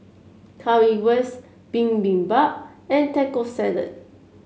Currywurst Bibimbap and Taco Salad